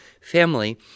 family